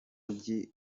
mijyi